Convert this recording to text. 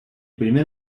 primer